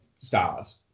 stars